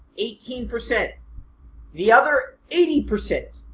eighteen percent the other eighty percent